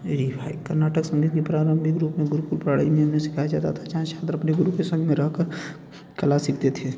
ए भाई कर्नाटक संगीत की प्रारंभिक रूप में गुरुकुल प्रणाली में सिखाया जाता था जहाँ छात्र अपने गुरु के संग में रह कर कला सीखते थे